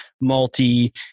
multi